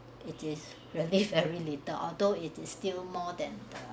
it is really very little although it is still more than